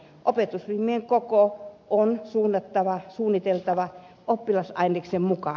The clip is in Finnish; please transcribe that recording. opetusryhmien koko on suunniteltava oppilasaineksen mukaan